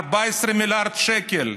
14 מיליארד שקל.